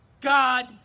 God